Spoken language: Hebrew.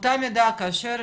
באותה מידה, כאשר